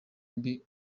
mbi